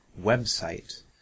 website